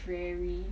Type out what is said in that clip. very